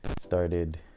started